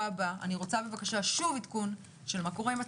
הבא אני רוצה בבקשה שוב עדכון של מה קורה עם הצווים,